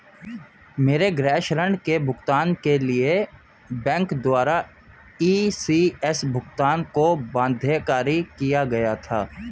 मेरे गृह ऋण के भुगतान के लिए बैंक द्वारा इ.सी.एस भुगतान को बाध्यकारी किया गया था